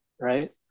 Right